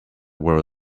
wrote